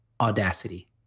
audacity